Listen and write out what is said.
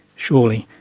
surely,